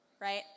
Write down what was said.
right